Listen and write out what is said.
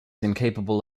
incapable